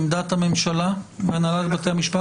עמדת הממשלה והנהלת בתי המשפט?